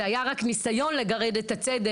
זה היה רק ניסיון לגרד את הצדק,